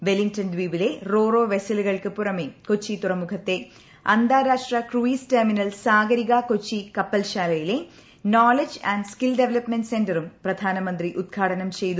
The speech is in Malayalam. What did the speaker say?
വെല്ലിംഗ്ടൺ ദ്വീപിലെ റോ റോ വെസലുകൾക്ക് പുറമേ കൊച്ചി തുറമുഖത്തെ അന്താരാഷ്ട്ര ക്രൂയിസ് ടെർമിനൽ സാഗരിക കൊച്ചി കപ്പൽശാലയിലെ നോളജ് ആന്റ് സ്കിൽ ഡെവലപ്പ്മെന്റ് സെന്ററും പ്രധാനമന്ത്രി ഉദ്ഘാടനം ചെയ്തു